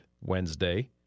Wednesday